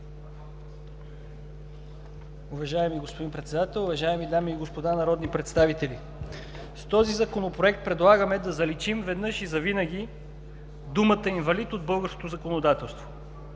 Уважаеми господин Председател, уважаеми дами и господа народни представители! С този Законопроект предлагаме да заличим веднъж и завинаги думата „инвалид“ от българското законодателство.